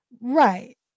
Right